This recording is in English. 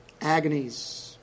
agonies